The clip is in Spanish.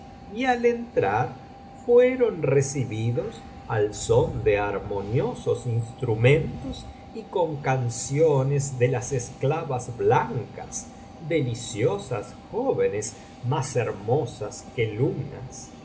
y a entrar fueron recibidos al son de armoniosos instrumentos y con canciones de las esclavas blancas deliciosas jóvenes más hermosas que lunas y